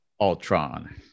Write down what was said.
Ultron